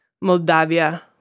moldavia